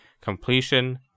completion